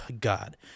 God